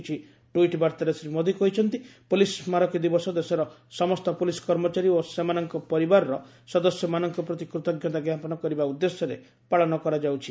କିଛି ଟ୍ୱିଟ୍ ବାର୍ତ୍ତାରେ ଶ୍ରୀ ମୋଦୀ କହିଛନ୍ତି ପୋଲିସ ସ୍କାରକୀ ଦିବସ ଦେଶର ସମସ୍ତ ପୋଲିସ କର୍ମଚାରୀ ଓ ସେମାନଙ୍କ ପରିବାରର ସଦସ୍ୟମାନଙ୍କ ପ୍ରତି କୃତଜ୍ଞତା ଜ୍ଞାପନ କରିବା ଉଦ୍ଦେଶ୍ୟରେ ପାଳନ କରାଯାଉଛି